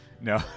No